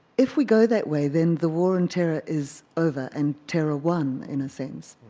if we go that way then the war on terror is over and terror won, in a sense.